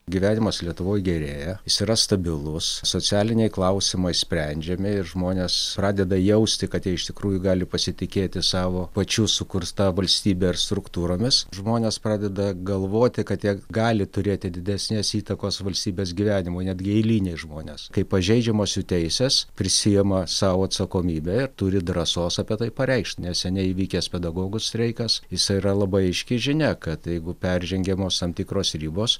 gyvenimas lietuvoj gerėja jis yra stabilus socialiniai klausimai sprendžiami ir žmonės pradeda jausti kad jie iš tikrųjų gali pasitikėti savo pačių sukurta valstybe ir struktūromis žmonės pradeda galvoti kad jie gali turėti didesnės įtakos valstybės gyvenimui net gi eiliniai žmonės kai pažeidžiamos jų teisės prisiima sau atsakomybę turi drąsos apie tai pareikšti neseniai įvykęs pedagogų streikas jisai yra labai aiški žinia kad jeigu peržengiamos tam tikros ribos